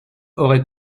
aurait